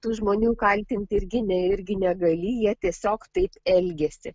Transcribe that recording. tų žmonių kaltint irgi nei irgi negali jie tiesiog taip elgiasi